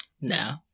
No